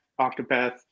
Octopath